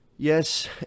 Yes